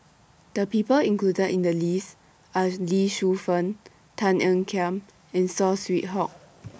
The People included in The list Are Lee Shu Fen Tan Ean Kiam and Saw Swee Hock